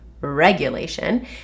regulation